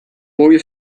boy